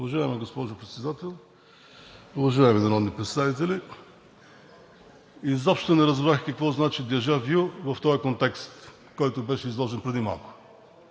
Уважаема госпожо Председател, уважаеми народни представители! Изобщо не разбрах какво значи дежавю в този контекст, който беше изложен преди малко